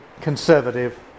conservative